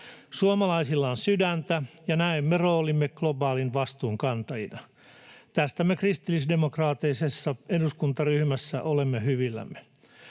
Suomalaisilla on sydäntä, ja näemme roolimme globaalin vastuun kantajina. Tästä me kristillisdemokraattisessa eduskuntaryhmässä olemme hyvillämme.